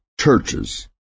churches